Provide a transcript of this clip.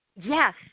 yes